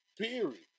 Period